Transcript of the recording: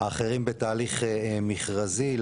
האחרים בתהליך מכרזי.